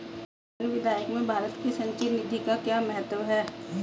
धन विधेयक में भारत की संचित निधि का क्या महत्व है?